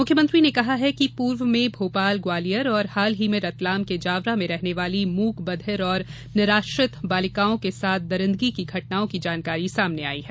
मुख्यमंत्री ने कहा है कि पूर्व में भोपाल ग्वालियर और हाल ही में रतलाम के जावरा में रहने वाली मूक बधिर और निराश्रित बालिकाओं के साथ दरिंदगी की घटनाओं की जानकारी सामने आयी हैं